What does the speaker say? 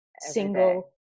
single